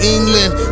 England